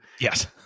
Yes